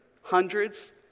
hundreds